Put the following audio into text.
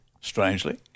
strangely